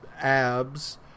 abs